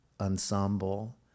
ensemble